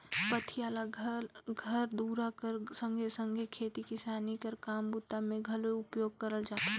पथिया ल घर दूरा कर संघे सघे खेती किसानी कर काम बूता मे घलो उपयोग करल जाथे